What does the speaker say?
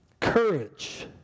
courage